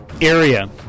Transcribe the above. area